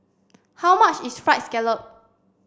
how much is fried scallop